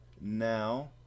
now